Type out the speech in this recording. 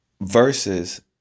Versus